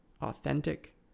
authentic